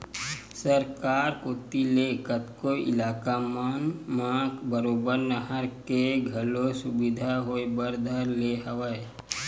सरकार कोती ले कतको इलाका मन म बरोबर नहर के घलो सुबिधा होय बर धर ले हवय